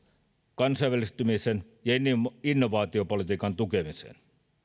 kansainvälistymisen ja innovaatiopolitiikan tukemiseen